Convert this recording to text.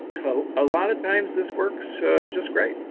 so a lot of times this works so just great